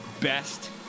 best